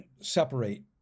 separate